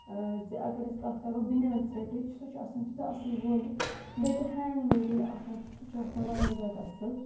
زِ اگر أسۍ کَتھ کَرو بِنیٛان سٮ۪ٹٕچ سُہ چھُ آسان تیوٗتاہ اَصٕل ووٗنِتھ بیٚیہِ تہِ ہینٛڈ میڈ ییٚلہِ آسان چھُ سُہ چھُ آسان واریاہ زیادٕ اَصٕل